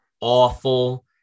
awful